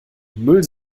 müll